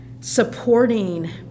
supporting